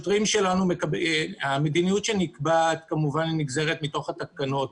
המדיניות שנקבעת כמובן נגזרת מהתקנות.